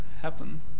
happen